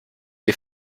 des